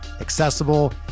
accessible